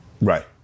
Right